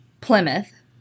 Plymouth